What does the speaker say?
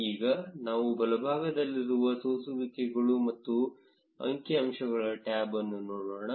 ಈಗ ನಾವು ಬಲಭಾಗದಲ್ಲಿರುವ ಸೋಸುವಿಕೆಗಳು ಮತ್ತು ಅಂಕಿಅಂಶಗಳ ಟ್ಯಾಬ್ ಅನ್ನು ನೋಡೋಣ